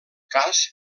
cas